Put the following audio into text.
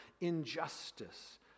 injustice